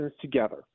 together